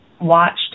watched